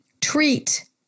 treat